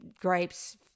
grapes